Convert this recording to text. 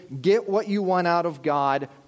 get-what-you-want-out-of-God